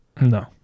No